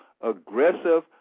aggressive